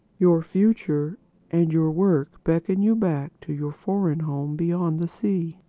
your future and your work beckon you back to your foreign home beyond the sea.